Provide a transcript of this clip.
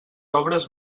obres